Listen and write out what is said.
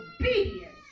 obedience